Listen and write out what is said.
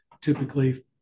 typically